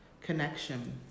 Connection